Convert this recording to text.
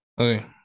okay